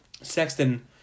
Sexton